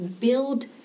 build